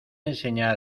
enseñar